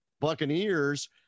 Buccaneers